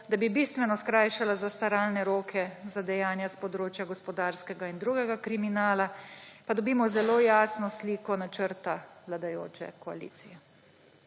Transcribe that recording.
da bi bistveno skrajšala zastaralne roke za dejanja s področja gospodarskega in drugega kriminala, pa dobimo zelo jasno sliko načrta vladajoče koalicije